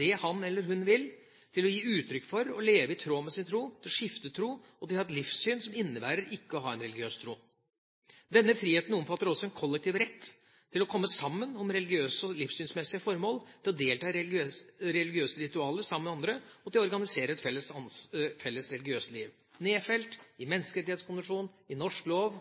det han eller hun vil, til å gi uttrykk for og leve i tråd med sin tro, til å skifte tro og til å ha et livssyn som innebærer ikke å ha en religiøs tro. Denne friheten omfatter også en kollektiv rett til å komme sammen om religiøse og livssynsmessige formål, til å delta i religiøse ritualer sammen med andre og til å organisere et felles religiøst liv, nedfelt i menneskerettskonvensjonen, i norsk lov,